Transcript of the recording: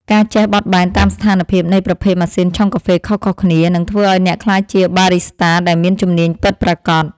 ការចេះបត់បែនតាមស្ថានភាពនៃប្រភេទម៉ាស៊ីនឆុងកាហ្វេខុសៗគ្នា នឹងធ្វើឱ្យអ្នកក្លាយជាបារីស្តាដែលមានជំនាញពិតប្រាកដ។